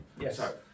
Yes